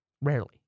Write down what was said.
Rarely